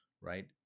Right